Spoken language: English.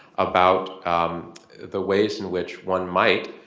about the ways in which one might,